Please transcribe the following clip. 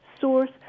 source